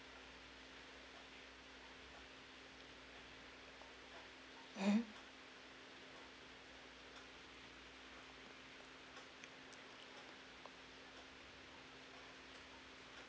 mmhmm